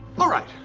alright,